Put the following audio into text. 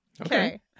Okay